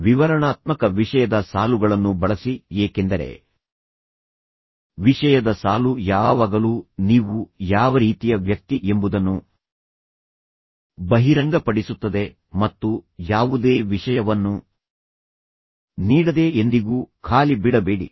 ವಿವರಣಾತ್ಮಕ ವಿಷಯದ ಸಾಲುಗಳನ್ನು ಬಳಸಿ ಏಕೆಂದರೆ ವಿಷಯದ ಸಾಲು ಯಾವಾಗಲೂ ನೀವು ಯಾವ ರೀತಿಯ ವ್ಯಕ್ತಿ ಎಂಬುದನ್ನು ಬಹಿರಂಗಪಡಿಸುತ್ತದೆ ಮತ್ತು ಯಾವುದೇ ವಿಷಯವನ್ನು ನೀಡದೆ ಎಂದಿಗೂ ಖಾಲಿ ಬಿಡಬೇಡಿ